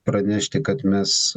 pranešti kad mes